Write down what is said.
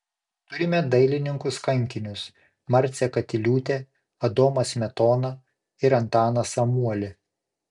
turime dailininkus kankinius marcę katiliūtę adomą smetoną ir antaną samuolį